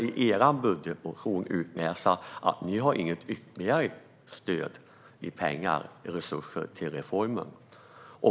I er budgetmotion kan jag utläsa att ni inte har något ytterligare stöd i pengar och resurser till reformen.